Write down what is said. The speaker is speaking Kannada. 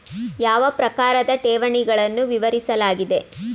ಯಾವ ಪ್ರಕಾರದ ಠೇವಣಿಗಳನ್ನು ವಿವರಿಸಲಾಗಿದೆ?